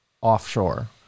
offshore